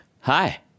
Hi